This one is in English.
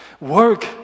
Work